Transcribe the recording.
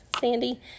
sandy